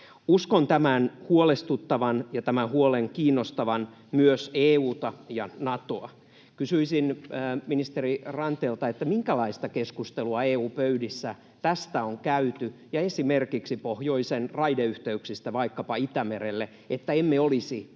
Uskon tämän huolestuttavan ja tämän huolen kiinnostavan myös EU:ta ja Natoa. Kysyisin ministeri Ranteelta: minkälaista keskustelua EU-pöydissä on käyty tästä ja esimerkiksi pohjoisen raideyhteyksistä vaikkapa Itämerelle, että emme olisi niin